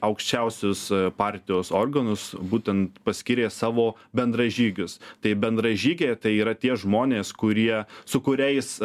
aukščiausius partijos organus būtent paskyrė savo bendražygius tai bendražygiai tai yra tie žmonės kurie su kuriais